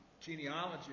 genealogy